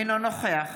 אינו נוכח